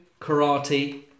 Karate